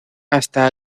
hasta